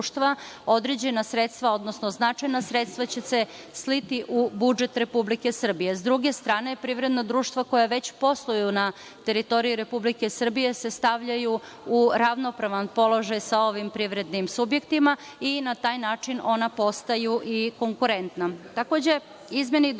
određena sredstva, odnosno značajna sredstva će se sliti u budžet Republike Srbije. S druge strane, privredna društva koja već posluju na teritoriji Republike Srbije se stavljaju u ravnopravan položaj sa ovim privrednim subjektima i na taj način ona postaju i konkurentna. Takođe,